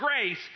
grace